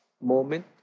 moment